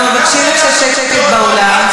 אנחנו מבקשים שקט באולם.